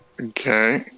okay